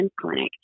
clinic